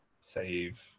save